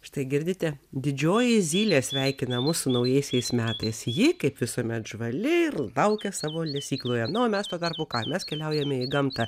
štai girdite didžioji zylė sveikina mus su naujaisiais metais ji kaip visuomet žvali ir laukia savo lesykloje na o mes tuo tarpu ką mes keliaujame į gamtą